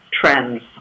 trends